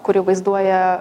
kuri vaizduoja